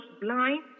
blind